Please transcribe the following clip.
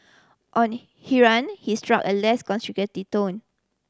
on he struck a less conciliatory tone